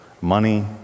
money